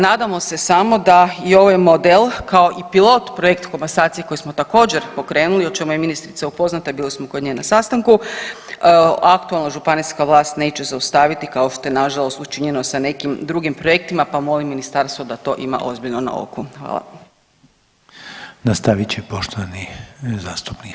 Nadamo se samo da i ovaj model, kao i pilot projekt komasacije koju smo također pokrenuli i o čemu je ministrica upoznata i bili smo kod nje na sastanku, aktualna županijska vlast neće zaustaviti kao što je nažalost učinjeno sa nekim drugim projektima, pa molim ministarstvo da to ima ozbiljno na oku.